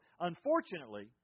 Unfortunately